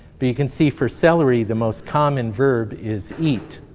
but you can see for celery the most common verb is eat.